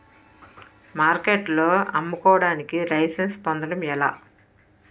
మార్కెట్లో అమ్ముకోడానికి లైసెన్స్ పొందడం ఎలా?